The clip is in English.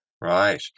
Right